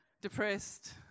depressed